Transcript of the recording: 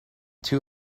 two